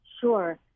Sure